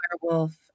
werewolf